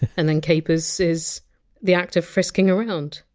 and then! caper! is is the act of frisking around.